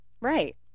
Right